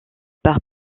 par